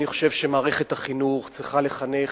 אני חושב שמערכת החינוך צריכה לחנך